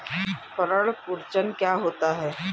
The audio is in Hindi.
पर्ण कुंचन क्या होता है?